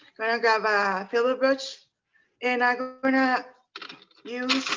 gonna grab a filbert brush and i'm gonna use